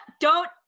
don't-